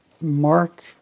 Mark